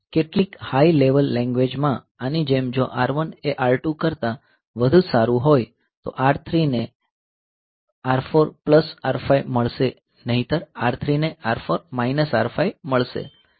કેટલીક high level language માં આની જેમ જો R1 એ R2 કરતાં વધુ સારો હોય તો R3 ને R4 પ્લસ R5 મળશે નહિતર R3 ને R4 માઇનસ R5 મળશે